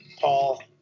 Paul